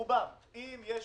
רובם, אם יש